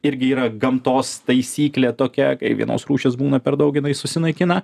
irgi yra gamtos taisyklė tokia kai vienos rūšys būna per daug jinai susinaikina